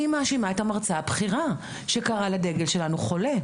אני מאשימה את המרצה הבכירה שקראה לדגל שלנו חולה.